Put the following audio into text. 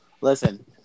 Listen